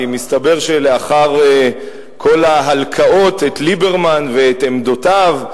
כי מסתבר שלאחר כל ההלקאות את ליברמן ואת עמדותיו,